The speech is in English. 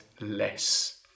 less